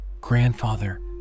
Grandfather